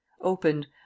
opened